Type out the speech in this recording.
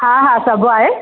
हा हा सभु आहे